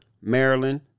Maryland